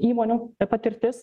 įmonių patirtis